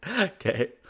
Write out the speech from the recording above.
Okay